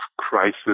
crisis